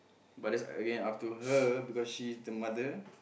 but that's again up to her because she is the mother